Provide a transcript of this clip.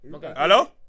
Hello